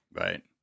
Right